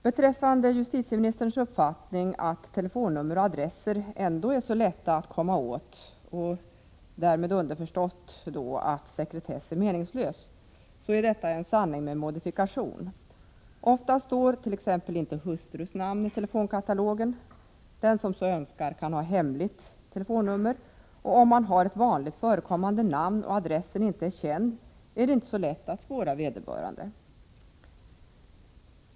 Beträffande justitieministerns uppfattning att telefonnummer och adresser ändå är så lätta att komma åt — därmed underförstått att sekretess är meningslös — vill jag påpeka att detta är en sanning med modifikation. Ofta står t.ex. inte hustrus namn i telefonkatalogen, den som så önskar kan ha hemligt telefonnummer, och om man har ett vanligt förekommande namn och adressen inte är känd är det inte så lätt att spåra vederbörande.